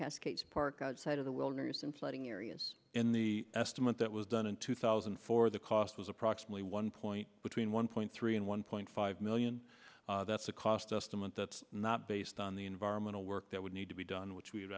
cascades park outside of the wilderness and flooding areas in the estimate that was done in two thousand and four the cost was approximately one point between one point three and one point five million that's a cost estimate that's not based on the environmental work that would need to be done which we